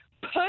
put